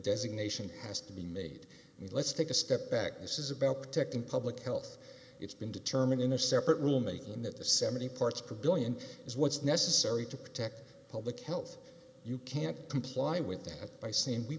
designation has to be made and let's take a step back this is about protecting public health it's been determined in a separate rule making that the seventy parts per one billion is what's necessary to protect public health you can't comply with that by saying we